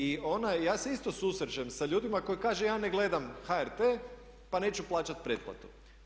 I ona, ja se isto susrećem sa ljudima koji kaže ja ne gledam HRT, pa neću plaćat pretplatu.